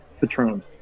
Patron